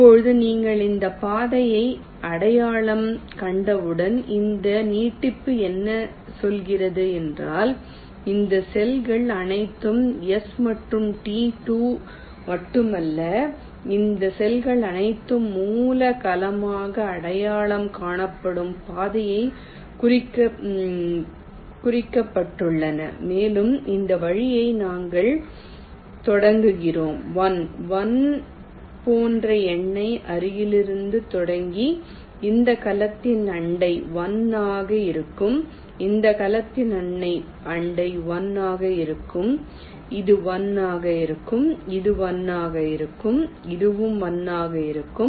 இப்போது நீங்கள் இந்த பாதையை அடையாளம் கண்டவுடன் இந்த நீட்டிப்பு என்ன சொல்கிறது என்றால் இந்த செல்கள் அனைத்தும் S மற்றும் T2 மட்டுமல்ல இந்த செல்கள் அனைத்தும் மூல கலமாக அடையாளம் காணப்பட்ட பாதையாக குறிக்கப்பட்டுள்ளன மேலும் இந்த வழிமுறைகளை நாங்கள் தொடங்குகிறோம் 1 1 போன்ற எண்ணை அங்கிருந்து தொடங்கி இந்த கலத்தின் அண்டை 1 ஆக இருக்கும் இந்த கலத்தின் அண்டை 1 ஆக இருக்கும் இது 1 ஆக இருக்கும் இது 1 ஆக இருக்கும் இதுவும் 1 ஆக இருக்கும்